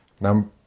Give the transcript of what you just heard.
Number